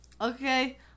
Okay